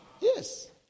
Yes